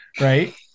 right